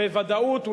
בוודאות,